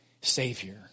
Savior